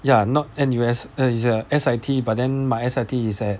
ya not N_U_S hmm it's err S_I_T but then S_I_T is at